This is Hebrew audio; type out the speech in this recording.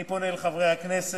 אני פונה אל חברי הכנסת